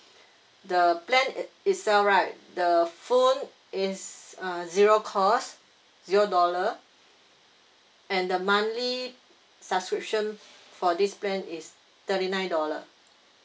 the plan it itself right the phone is uh zero cost zero dollar and the monthly subscription for this plan is thirty nine dollar